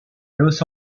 los